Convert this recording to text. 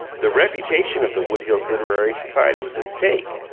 the reputation of the wood hills literary society was at stake,